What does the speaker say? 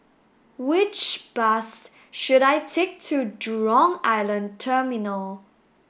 which bus should I take to Jurong Island Terminal